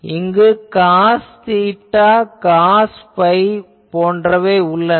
இங்கு cos theta cos phi போன்றவை உள்ளன